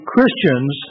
Christians